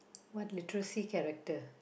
what literacy character